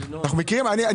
אנחנו מכירים את